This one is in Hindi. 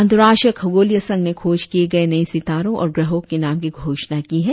अंतर्राष्ट्रीय खगोलीय संघ ने खोज किये गए नये सितारों और ग्रहों के नामों की घोषना की है